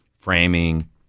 framing